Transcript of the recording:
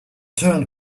turned